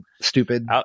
stupid